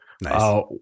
Nice